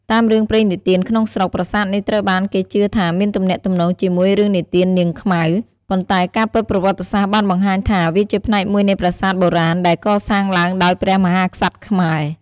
តាមរឿងព្រេងនិទានក្នុងស្រុក ប្រាសាទនេះត្រូវបានគេជឿថាមានទំនាក់ទំនងជាមួយរឿងនិទាននាងខ្មៅ ប៉ុន្តែការពិតប្រវត្តិសាស្ត្របានបង្ហាញថាវាជាផ្នែកមួយនៃប្រាសាទបុរាណដែលកសាងឡើងដោយព្រះមហាក្សត្រខ្មែរ។